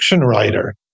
writer